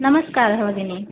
नमस्कारः भगिनि